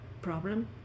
problem